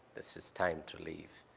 this is time to leave.